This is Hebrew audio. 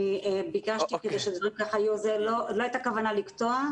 אני ביקשתי כדי ש- -- לא הייתה כוונה לקטוע.